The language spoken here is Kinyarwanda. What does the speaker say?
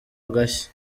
agashyi